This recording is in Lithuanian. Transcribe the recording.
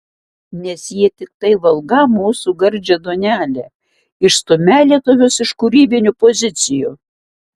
nes jie tiktai valgą mūsų gardžią duonelę išstumią lietuvius iš kūrybinių pozicijų